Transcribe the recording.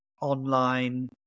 online